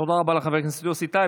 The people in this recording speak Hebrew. תודה רבה לחבר הכנסת יוסי טייב.